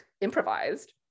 improvised